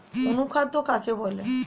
অনুখাদ্য কাকে বলে?